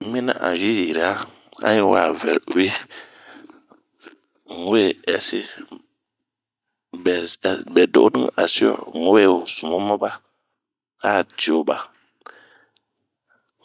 N'yi mina a yi yira, n'yi vɛ uwi, bɛdo'onu n'asi, nwe sumu maba ,a dioba,